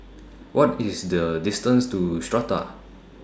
What IS The distance to Strata